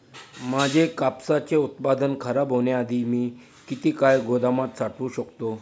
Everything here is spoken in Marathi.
माझे कापसाचे उत्पादन खराब होण्याआधी मी किती काळ गोदामात साठवू शकतो?